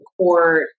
Court